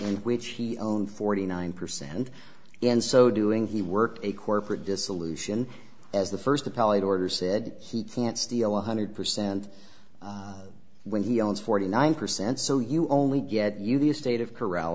in which he own forty nine percent in so doing he worked a corporate dissolution as the first appellate order said he can't steal one hundred percent when he owns forty nine percent so you only get you the state of corral